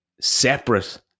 separate